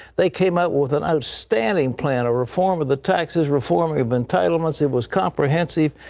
they came out with an outstanding plan, a reform of the taxes, reform of entitlements. it was comprehensive.